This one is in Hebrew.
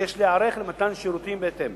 ויש להיערך למתן שירותים בהתאם.